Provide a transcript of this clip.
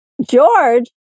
George